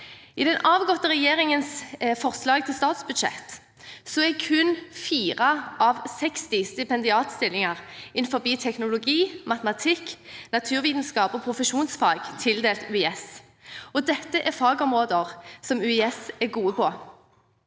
I den avgåtte regjeringens forslag til statsbudsjett er kun 4 av 60 stipendiatstillinger innenfor bioteknologi, matematikk, naturvitenskap og profesjonsfag tildelt UiS, og dette er fagområder som UiS er gode på.